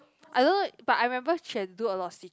I don't know but I remember she had do a lot of sit